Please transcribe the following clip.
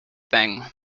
thing